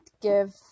give